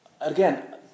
Again